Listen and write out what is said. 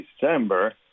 December